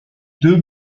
deux